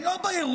הם לא באירוע,